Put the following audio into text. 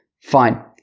fine